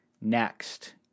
Next